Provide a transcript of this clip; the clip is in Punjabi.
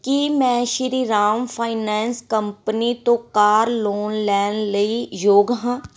ਕੀ ਮੈਂ ਸ਼੍ਰੀਰਾਮ ਫਾਇਨਾਂਸ ਕੰਪਨੀ ਤੋਂ ਕਾਰ ਲੋਨ ਲੈਣ ਲਈ ਯੋਗ ਹਾਂ